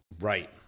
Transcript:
Right